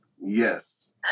Yes